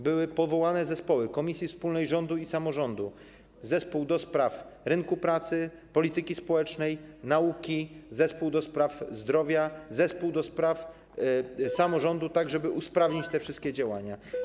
Były powołane zespoły: komisji wspólnej rządu i samorządu, do spraw rynku pracy, polityki społecznej, nauki, do spraw zdrowia, do spraw samorządu, żeby usprawnić te wszystkie działania.